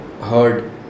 heard